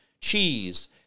cheese